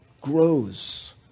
grows